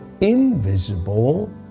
invisible